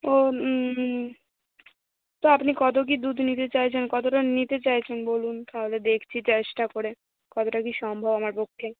ও তো আপনি কত কী দুধ নিতে চাইছেন কতটা নিতে চাইছেন বলুন তাহলে দেখছি চেষ্টা করে কতটা কী সম্ভব আমার পক্ষে